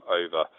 over